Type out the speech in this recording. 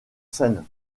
scène